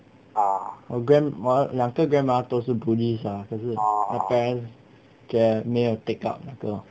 我 grand 我的两个 grandmother 都是 buddhist ah 可是 my parent 觉得没有 take up 那个